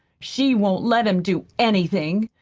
she won't let him do anything.